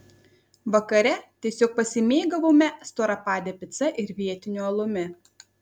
vakare tiesiog pasimėgavome storapade pica ir vietiniu alumi